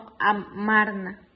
Amarna